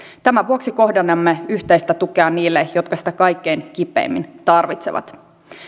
tämän vuoksi kohdennamme yhteistä tukea niille jotka sitä kaikkein kipeimmin tarvitsevat